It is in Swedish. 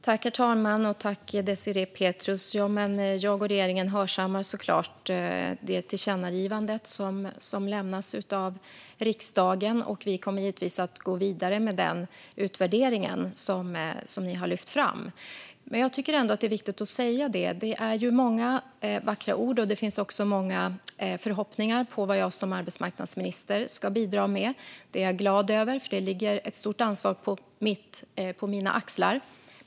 Herr talman! Jag och regeringen hörsammar såklart det tillkännagivande som lämnas av riksdagen, och vi kommer givetvis att gå vidare med den utvärdering som ni har lyft fram. Jag tycker ändå att det är viktigt att säga detta. Det är ju många vackra ord, och det finns också många förhoppningar på vad jag som arbetsmarknadsminister ska bidra med. Det är jag glad över, för det ligger ett stort ansvar på mina axlar.